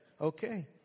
Okay